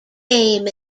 game